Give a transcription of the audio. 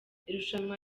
irushanwa